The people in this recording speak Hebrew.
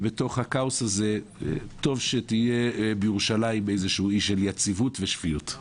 בתוך הכאוס הזה טוב שיהיה בירושלים אי של יציבות ושפיות.